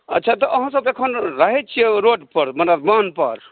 अच्छा तऽ अहाँ सभ अखन रहै छियै ओ रोड पर बान्ध पर